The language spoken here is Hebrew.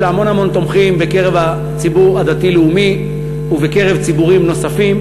יש לה המון המון תומכים בקרב הציבור הדתי-לאומי ובקרב ציבורים נוספים,